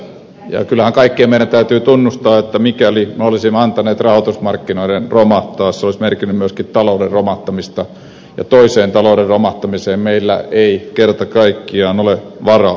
kyllähän kaikkien meidän täytyy tunnustaa että mikäli olisimme antaneet rahoitusmarkkinoiden romahtaa se olisi merkinnyt myöskin talouden romahtamista ja toiseen talouden romahtamiseen meillä ei kerta kaikkiaan ole varaa